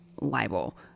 libel